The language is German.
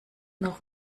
noch